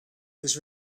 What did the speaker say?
was